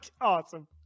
awesome